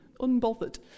unbothered